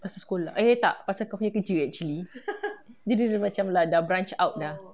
pasal sekolah eh tak pasal kau punya kerja eh actually dia dah macam dah branch out dah